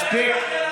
מספיק.